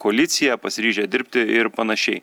koaliciją pasiryžę dirbti ir panašiai